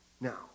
now